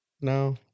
No